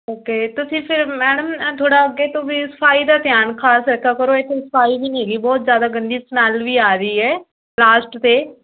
okay ਤੁਸੀਂ ਫਿਰ madam ਥੋੜ੍ਹਾ ਅੱਗੇ ਤੋਂ ਵੀ ਸਫਾਈ ਦਾ ਧਿਆਨ ਖ਼ਾਸ ਰੱਖਿਆ ਕਰੋ ਇਸ 'ਚ ਸਫਾਈ ਵੀ ਨਹੀਂ ਹੈਗੀ ਬਹੁਤ ਜ਼ਿਆਦਾ ਗੰਦੀ ਸਮੈਲ ਵੀ ਆ ਰਹੀ ਹੈ ਲਾਸਟ 'ਤੇ